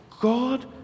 God